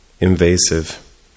invasive